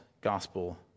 gospel